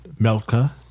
Melka